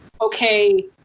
okay